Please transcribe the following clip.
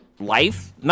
life